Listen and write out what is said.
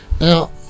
Now